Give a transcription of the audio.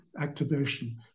activation